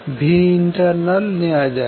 internal নেওয়া যাক